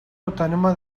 autònoma